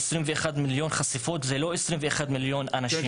21 מיליון חשיפות זה לא 21 מיליון אנשים.